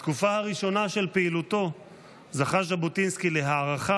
בתקופה הראשונה של פעילותו זכה ז'בוטינסקי להערכה